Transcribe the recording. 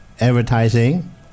Advertising